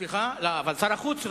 שר החוץ,